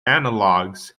analogs